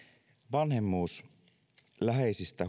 vanhemmuus läheisistä